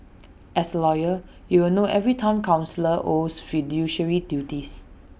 as A lawyer you will know every Town councillor owes fiduciary duties